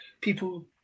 people